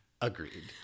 agreed